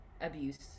abuse